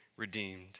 redeemed